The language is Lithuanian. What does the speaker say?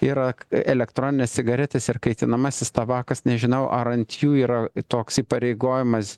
yra elektroninės cigaretės ir kaitinamasis tabakas nežinau ar ant jų yra toks įpareigojimas